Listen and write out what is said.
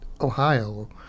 Ohio